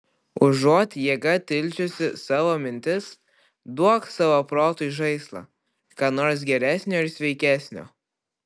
užuot jėga tildžiusi savo mintis duok savo protui žaislą ką nors geresnio ir sveikesnio